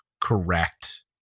correct